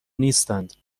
نیستند